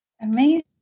Amazing